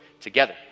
together